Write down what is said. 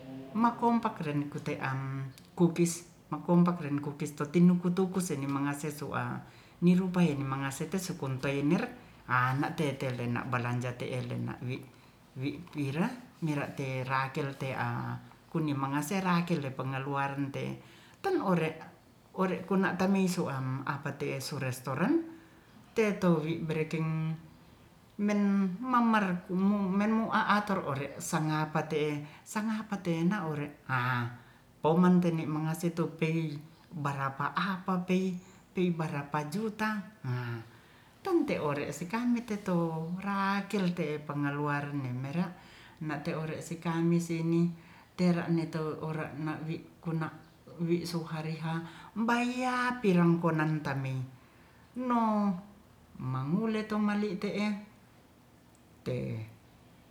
Mokompak renkute an kukis mokompak ren kukis kotinukutuku se ni mangase soa ni rupae tu mangase te kumpeine ana tetele na balanja teelena wi pira mira terakel te a kuni mangase rakel pengeluarante e ten ote ore kuna tamisoa apate surestoran teto wi barekeng men mamar men u aator ore sangapa te'e sangapa te'na ore poman tene mangase tu pei barapa apa pei pei baraoa juta tung te ore seka no teto rakel te'e pengeluaran ne mera na te ore sekami sini tera ne to ora na wi kona wi so are hari h baya pirangkonan tanei no mangule to ma le to maliti e